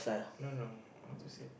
no no how to said